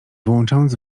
wyłączając